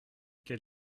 quel